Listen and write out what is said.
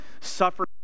suffer